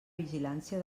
vigilància